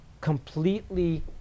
completely